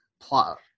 Plot